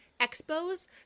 expos